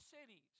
cities